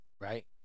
right